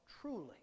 truly